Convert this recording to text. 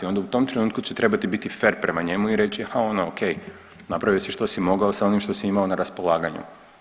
I onda u tom trenutku će trebati biti fer prema njemu i reći ha ono o.k. Napravio si što si mogao sa onim što si imao na raspolaganju.